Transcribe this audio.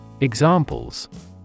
Examples